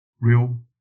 real